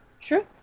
True